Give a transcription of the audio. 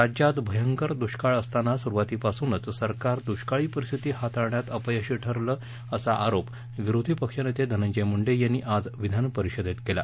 राज्यात भयंकर दुष्काळ असताना सुरवातीपासूनच सरकार दुष्काळी परिस्थिती हाताळण्यात अपयशी ठरलं असा आरोप विरोधी पक्षनेते धनंजय मुंडे यांनी आज विधानपरिषदेत केला